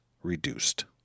reduced